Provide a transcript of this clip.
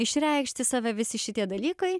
išreikšti save visi šitie dalykai